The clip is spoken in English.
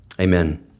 Amen